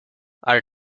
are